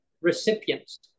recipients